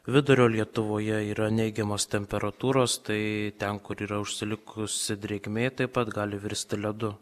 vidurio lietuvoje yra neigiamos temperatūros tai ten kur yra užsilikusi drėgmė taip pat gali virsti ledu